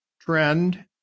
trend